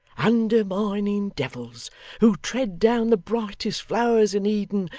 undermining devils who tread down the brightest flowers in eden,